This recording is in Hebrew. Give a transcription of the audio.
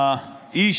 האיש,